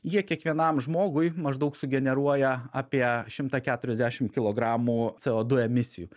jie kiekvienam žmogui maždaug sugeneruoja apie šimtą keturiasdešimt kilogramų co du emisijų